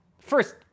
first